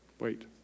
Wait